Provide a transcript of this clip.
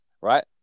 right